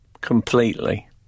completely